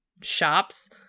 shops